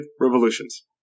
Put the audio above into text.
revolutions